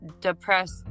depressed